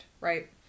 Right